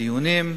דיונים,